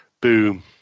Boom